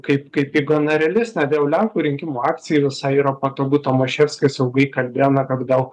kaip kaip ji gana realistinė dėl lenkų rinkimų akcija visai yra patogu tomaševskis ilgai kalbėjo kad gal